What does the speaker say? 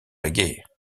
reggae